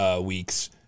weeks